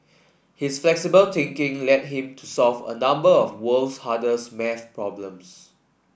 his flexible thinking led him to solve a number of world's hardest maths problems